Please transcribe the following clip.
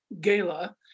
gala